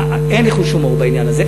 אין לי חוש הומור בעניין הזה.